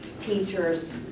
teachers